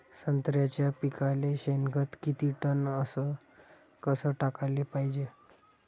संत्र्याच्या पिकाले शेनखत किती टन अस कस टाकाले पायजे?